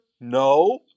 No